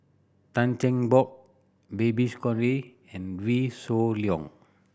Tan Cheng Bock Babes Conde and Wee Shoo Leong